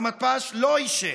והמתפ"ש לא אישר.